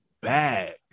bag